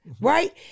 right